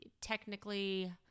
technically